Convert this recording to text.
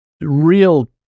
real